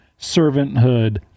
servanthood